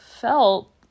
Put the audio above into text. felt